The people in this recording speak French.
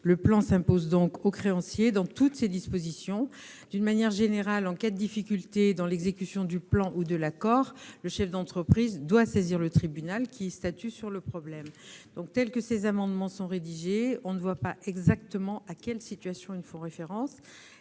Le plan s'impose donc aux créanciers, dans toutes ses dispositions. De manière générale, en cas de difficulté dans l'exécution du plan ou de l'accord, le chef d'entreprise doit saisir le tribunal, qui statue sur le problème. Tels que ces amendements sont rédigés, on ne voit pas exactement à quelle situation ils font référence.